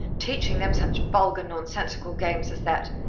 teaching them such vulgar, nonsensical games as that.